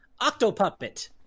Octopuppet